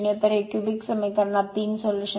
तर हे क्यूबिक समीकरणात 3 सोल्यूशन्स आहेत